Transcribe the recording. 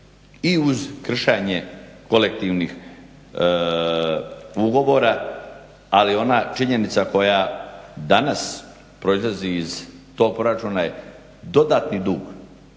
i uz kršenje kolektivnih ugovora, ali ona činjenica koja danas proizlazi iz tog proračuna je dodatni dug